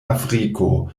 afriko